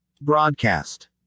Broadcast